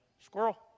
Squirrel